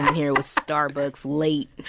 here with starbucks late